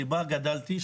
שבה גדלתי,